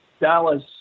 Dallas